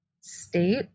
state